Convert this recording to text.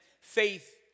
faith